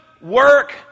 work